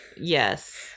Yes